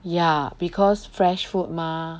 ya because fresh food mah